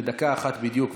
ודקה אחת בדיוק,